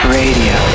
radio